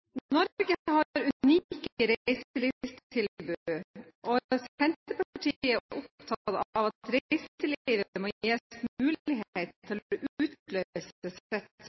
Norge har unike reiselivstilbud, og Senterpartiet er opptatt av at reiselivet må gis mulighet til å